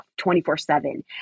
24-7